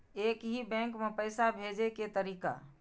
एक ही बैंक मे पैसा भेजे के तरीका?